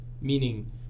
Meaning